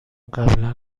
قبلا